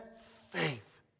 faith